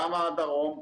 גם הדרום,